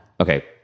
Okay